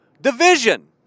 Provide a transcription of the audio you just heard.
division